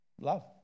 Love